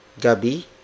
gabi